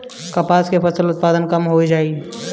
कपास के फसल के उत्पादन कम होइ जाला?